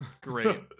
great